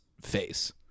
face